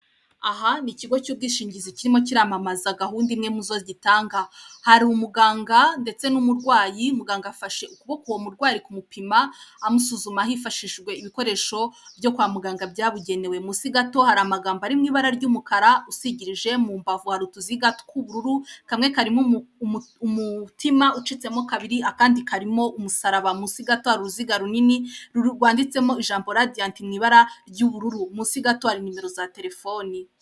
Aha ni ikigo cy'ubwishingizi kirimo kiramamaza gahunda imwe muzo gitanga. Hari umuganga ndetse n'umurwyi, umuganga afashe ukuboko uwo murwayo ari kumupima amusuzuma hifashishijwe ibikoresho byo kwa muganga byabugenewe. Munsi gato hari amagambo ari mu ibara ry'umukara usigirije mumbavu hari utuziga tw'ubururu kamwe karimo imutima ucitsemo kabiri akandi karimo umusaraba. Munsi gato hari uruziga runini rwanditsemo ijambo radiyanti mu ibara ry'ubururu. Munsi gato hati nimero za terefone.